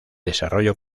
desarrollo